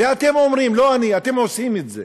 זה אתם אומרים, לא אני, אתם עושים את זה.